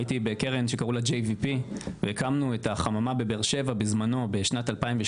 הייתי בקרן שקרו לה JVP והקמנו את החממה בבאר שבע בשנת 2012,